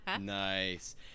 Nice